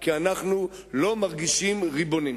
כי אנחנו לא מרגישים ריבונים.